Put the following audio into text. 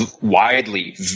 widely